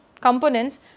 components